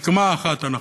רקמה אחת אנחנו.